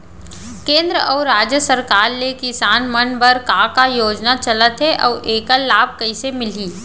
केंद्र अऊ राज्य सरकार ले किसान मन बर का का योजना चलत हे अऊ एखर लाभ कइसे मिलही?